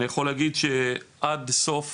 עד סוף